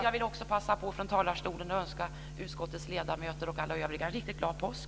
Jag vill också passa på att från talarstolen önska utskottets ledamöter och alla övriga en riktigt glad påsk.